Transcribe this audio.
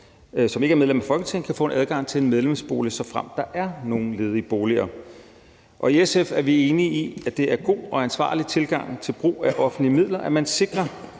som ikke er medlem af Folketinget, kan få adgang til en medlemsbolig, såfremt der er nogen ledige boliger. I SF er vi enige i, at det er en god og ansvarlig tilgang til brug af offentlige midler, at man sikrer,